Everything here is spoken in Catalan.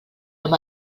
amb